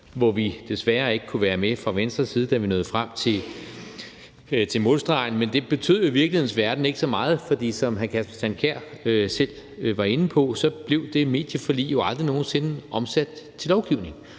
hvor vi desværre ikke kunne være med fra Venstres side, da vi nåede frem til målstregen. Men det betød i virkelighedens verden ikke så meget, for som hr. Kasper Sand Kjær selv var inde på, blev det medieforlig jo aldrig nogen sinde omsat til lovgivning,